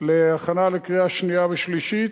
להכנה לקריאה שנייה ושלישית.